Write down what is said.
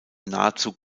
nahezu